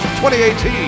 2018